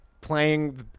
playing